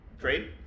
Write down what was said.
Trade